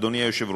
אדוני היושב-ראש,